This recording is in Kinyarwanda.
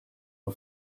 ama